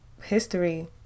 History